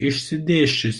išsidėsčiusi